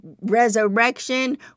resurrection